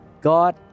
God